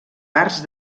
arts